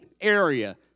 area